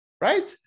Right